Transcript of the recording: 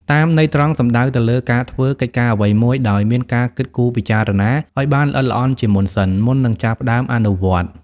តាមន័យត្រង់ សំដៅទៅលើការធ្វើកិច្ចការអ្វីមួយដោយមានការគិតគូរពិចារណាឱ្យបានល្អិតល្អន់ជាមុនសិន មុននឹងចាប់ផ្តើមអនុវត្ត។